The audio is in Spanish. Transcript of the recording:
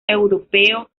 europeo